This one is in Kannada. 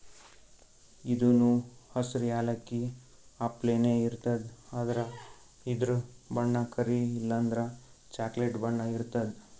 ಇದೂನು ಹಸ್ರ್ ಯಾಲಕ್ಕಿ ಅಪ್ಲೆನೇ ಇರ್ತದ್ ಆದ್ರ ಇದ್ರ್ ಬಣ್ಣ ಕರಿ ಇಲ್ಲಂದ್ರ ಚಾಕ್ಲೆಟ್ ಬಣ್ಣ ಇರ್ತದ್